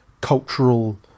cultural